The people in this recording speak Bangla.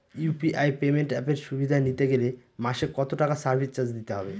ইউ.পি.আই পেমেন্ট অ্যাপের সুবিধা নিতে গেলে মাসে কত টাকা সার্ভিস চার্জ দিতে হবে?